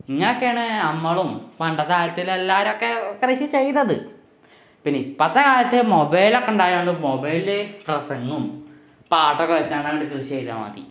ഇങ്ങനൊക്കെയാണ് നമ്മളും പണ്ടത്തെ കാലത്തുള്ള എല്ലാവരുമൊക്കെ കൃഷി ചെയ്തത് പിന്നിപ്പോഴത്തെ കാലത്തെ മോബൈലൊക്കെ ഉണ്ടായതുകൊണ്ട് മൊബൈലില് പ്രസംഗവും പാട്ടൊക്കെ വെച്ചാണ്ടങ്ങട്ട് കൃഷി ചെയ്താല് മതി